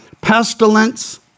pestilence